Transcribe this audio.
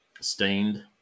Stained